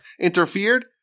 interfered